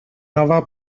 nova